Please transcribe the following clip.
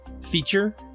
feature